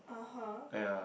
(uh huh)